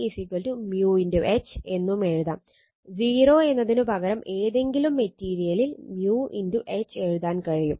കൂടാതെ B μ H എന്നും എഴുതാം 0 എന്നതിനുപകരം ഏതെങ്കിലും മെറ്റീരിയലിൽ μH എഴുതാൻ കഴിയും